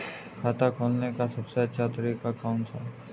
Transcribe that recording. खाता खोलने का सबसे अच्छा तरीका कौन सा है?